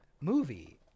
movie